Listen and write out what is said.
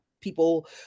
people